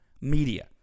media